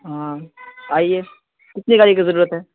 ہاں آئیے کتنے گاڑی کا ضرورت ہے